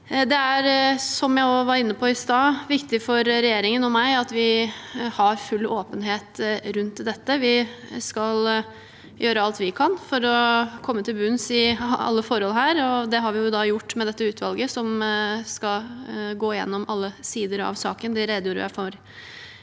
sted, viktig for regjeringen og meg å ha full åpenhet rundt dette. Vi skal gjøre alt vi kan for å komme til bunns i alle forhold her, og det har vi gjort ved å nedsette et utvalg som skal gå gjennom alle sider av saken.